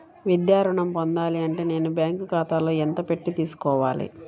విద్యా ఋణం పొందాలి అంటే నేను బ్యాంకు ఖాతాలో ఎంత పెట్టి తీసుకోవాలి?